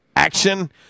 Action